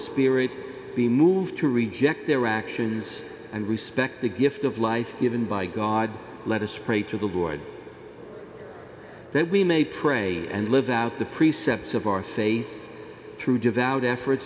spirit be moved to reject their actions and respect the gift of life given by god let us pray to the board that we may pray and live out the precepts of our faith through devout effort